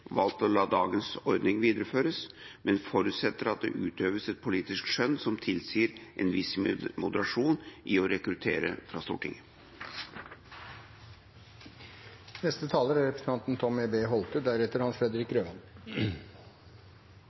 å la dagens ordning videreføres, men forutsetter at det utøves et politisk skjønn som tilsier en viss moderasjon i å rekruttere fra Stortinget.